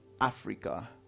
africa